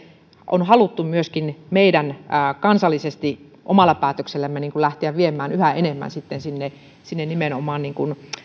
on myöskin haluttu kansallisesti meidän omalla päätöksellämme lähteä sitten viemään yhä enemmän nimenomaan sinne